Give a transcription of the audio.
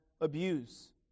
abuse